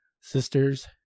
sisters